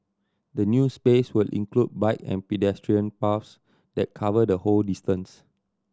the new space will include bike and pedestrian paths that cover the whole distance